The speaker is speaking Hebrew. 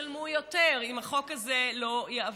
ישלמו יותר אם החוק הזה לא יעבור.